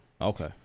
Okay